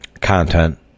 content